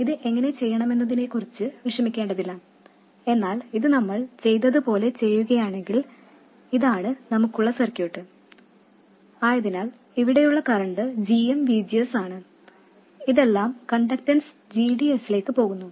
ഇത് എങ്ങനെ ചെയ്യാമെന്നതിനെക്കുറിച്ച് വിഷമിക്കേണ്ടതില്ല എന്നാൽ ഇത് നമ്മൾ ചെയ്തതുപോലെ ചെയ്യുകയാണെങ്കിൽ ഇതാണ് നമുക്കുള്ള സർക്യൂട്ട് ആയതിനാൽ ഇവിടെയുള്ള കറൻറ് gm VGS ആണ് ഇതെല്ലാം കണ്ടക്ടൻസ് gd s ലേക്ക് പോകുന്നു